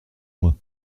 moi